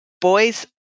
boys